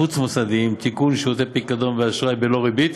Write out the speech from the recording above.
חוץ-מוסדיים) (תיקון) (שירותי פיקדון ואשראי בלא ריבית),